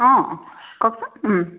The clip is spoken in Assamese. অঁ কওকচোন